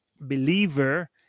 Believer